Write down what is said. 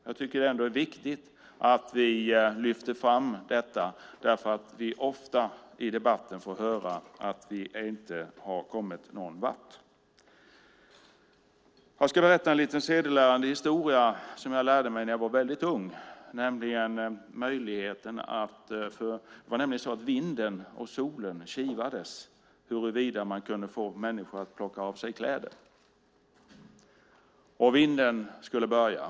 Jag tycker att det är viktigt att vi lyfter fram detta eftersom vi i debatten ofta får höra att vi inte har kommit någon vart. Jag ska berätta en liten sedelärande historia som jag lärde mig när jag var väldigt ung. Vinden och solen kivades om huruvida de kunde få människor att plocka av sig sina kläder. Vinden skulle börja.